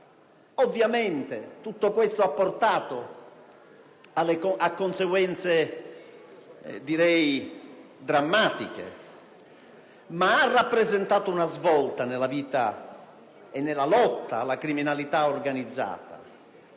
Ovviamente tutto questo ha portato a conseguenze drammatiche, ma ha rappresentato una svolta nella vita e nella lotta alla criminalità organizzata.